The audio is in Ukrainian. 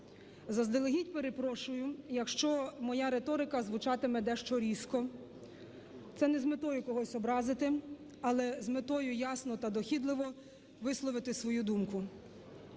Заздалегідь перепрошую, якщо моя риторика звучатиме дещо різко. Це не з метою когось образити, але з метою ясно та дохідливо висловити свою думку.